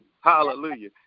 Hallelujah